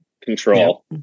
control